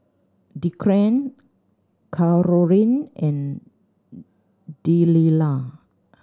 Declan Karolyn and Delilah